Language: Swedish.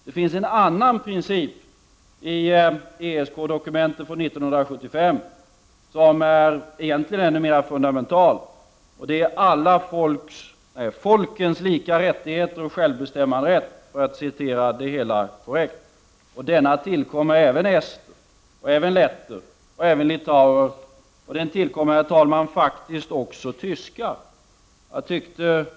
Det finns en annan princip i ESK-dokumenten från 1975 som egentligen är ännu mer fundamental, dvs. ”folkens lika rättigheter och självbestämmanderätt”. Denna princip tillkommer även ester, letter, litauer, och den tillkommer, herr talman, faktiskt också tyskar.